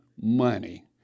money